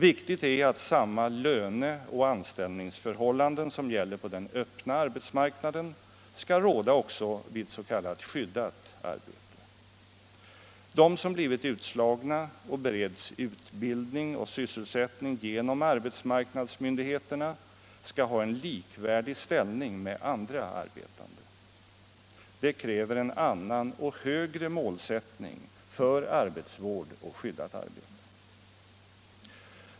Viktigt är att samma löneoch anställningsförhållanden som gäller på den öppna arbetsmarknaden skall råda också vid s.k. skyddat arbete. De som blivit utslagna och bereds utbildning och sysselsättning genom arbetsmarknadsmyndigheterna skall i ställning vara likvärdiga med andra arbetande. Det kräver en annan och högre målsättning för arbetsvård och skyddat arbete.